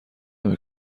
نمی